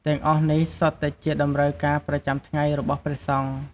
ទាំងអស់នេះសុទ្ធតែជាតម្រូវការប្រចាំថ្ងៃរបស់ព្រះសង្ឃ។